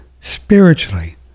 spiritually